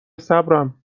صبرم